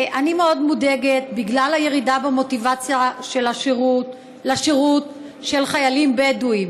אני מאוד מודאגת בגלל הירידה במוטיבציה לשירות של חיילים בדואים.